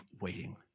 waiting